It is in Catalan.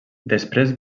després